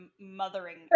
mothering